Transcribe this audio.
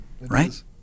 right